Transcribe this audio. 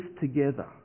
together